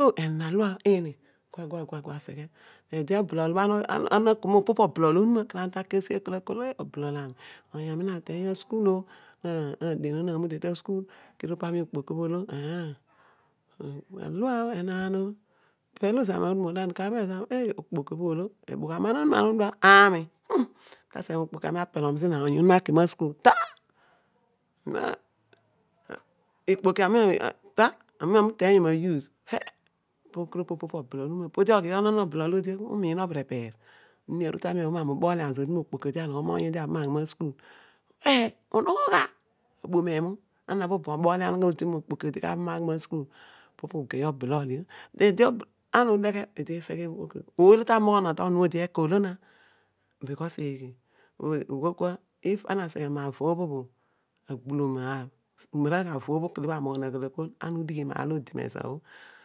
oh enaan alua oh ini gua gua seghe ede oblol ama na kol opo po oblol onuma kedio ana ta ki asi kol oh oblol ami oony ami na teeny asukul oh, adian obho namute ta asukul kedio paami okpoki obho olo aah, alua oh enaan oh pel zami ami uru molo ana ka bhel zami, okpoki obho olo, amen ana udua ami omi ta seghe mokpoki ami apelom zina oony onuma aki ma asukul taa emm, ikpoki ami ta ami uteeny io ma we kedio opo po blol onuma ughol lava if ana aseghe ma avo obho agbulom maaar umaragha avo obho kele amogho aghol aghol ana udighi maar olo odi mezo bho.